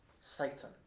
Satan